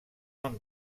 non